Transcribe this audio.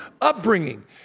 upbringing